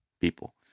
people